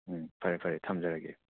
ꯎꯝ ꯐꯔꯦ ꯐꯔꯦ ꯊꯝꯖꯔꯒꯦ